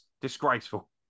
Disgraceful